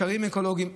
גשרים אקולוגיים,